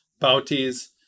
bounties